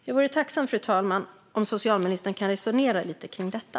Jag vore tacksam om socialministern kunde resonera lite kring detta.